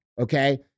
okay